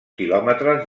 quilòmetres